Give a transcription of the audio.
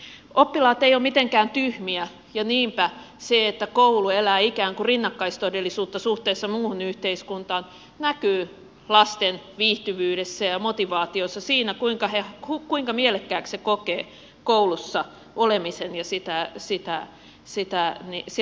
oppilaat eivät ole mitenkään tyhmiä ja niinpä se että koulu elää ikään kuin rinnakkaistodellisuutta suhteessa muuhun yhteiskuntaan näkyy lasten viihtyvyydessä ja motivaatiossa siinä kuinka mielekkääksi he kokevat koulussa olemisen ja siellä opiskelun